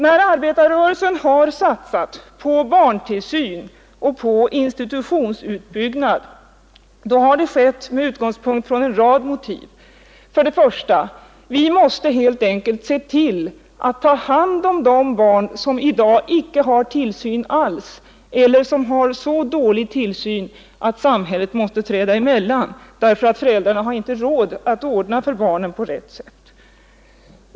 När arbetarrörelsen har satsat på barntillsyn och på institutionsutbyggnad har det skett med utgångspunkt i en rad motiv. För det första måste vi helt enkelt ta hand om de barn som i dag icke får någon tillsyn alls eller som har så dålig tillsyn att samhället måste träda emellan, eftersom föräldrarna inte har råd att ordna för barnen på rätt sätt.